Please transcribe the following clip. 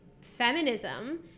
feminism